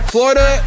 Florida